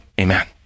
Amen